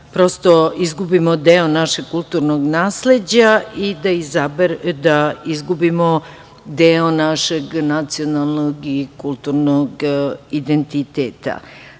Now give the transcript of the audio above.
prosto izgubimo deo našeg kulturnog nasleđa i da izgubimo deo našeg nacionalnog i kulturnog identiteta. Kada